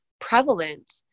prevalent